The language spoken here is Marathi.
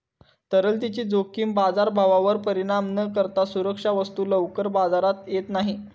तरलतेची जोखीम बाजारभावावर परिणाम न करता सुरक्षा वस्तू लवकर बाजारात येत नाही